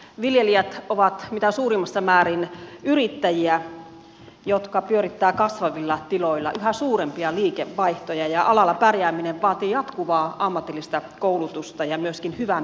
viljelijät ovat mitä suurimmassa määrin yrittäjiä jotka pyörittävät kasvavilla tiloilla yhä suurempia liikevaihtoja ja alalla pärjääminen vaatii jatkuvaa ammatillista koulutusta ja myöskin hyvän peruskoulutuksen